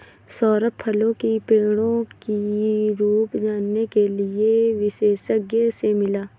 सौरभ फलों की पेड़ों की रूप जानने के लिए विशेषज्ञ से मिला